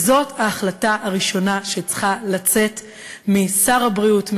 וזאת ההחלטה הראשונה שצריכה לצאת משר הבריאות,